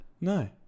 No